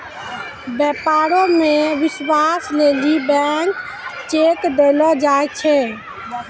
व्यापारो मे विश्वास लेली ब्लैंक चेक देलो जाय छै